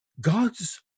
Gods